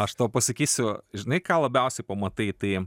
aš tau pasakysiu žinai ką labiausiai pamatai tai